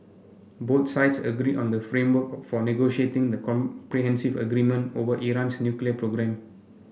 both sides agreed on the framework for negotiating the comprehensive agreement over Iran's nuclear programme